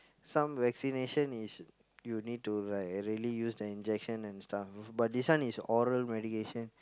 some vaccination is you need to like really use the injection and stuff but this one is oral medication